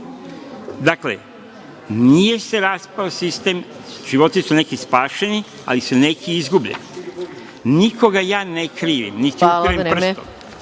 Dakle, nije se raspao sistem, životi su neki spašeni, ali su neki i izgubljeni. Nikoga ja ne krivim, ne upirem prstom,